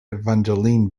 evangeline